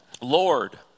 Lord